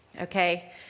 Okay